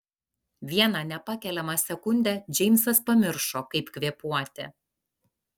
vieną nepakeliamą sekundę džeimsas pamiršo kaip kvėpuoti